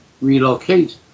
relocate